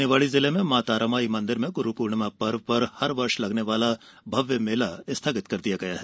निवाड़ी जिले में माँ तारामाई मंदिर में गुरूपूर्णिमा पर हर वर्ष लगने वाला भव्य मेला स्थगित कर दिया गया है